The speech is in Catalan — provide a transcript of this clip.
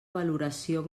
valoració